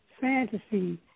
Fantasy